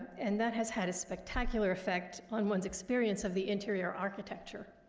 and that has had a spectacular effect on one's experience of the interior architecture.